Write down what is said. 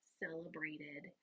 celebrated